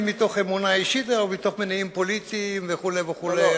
מתוך אמונה אישית או מתוך מניעים פוליטיים וכו' וכו'.